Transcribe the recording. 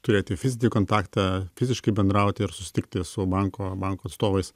turėti fizinį kontaktą fiziškai bendrauti ir susitikti su banko banko atstovais